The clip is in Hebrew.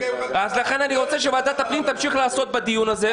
--- לכן אני רוצה שוועדת הפנים תמשיך לעסוק בדיון הזה.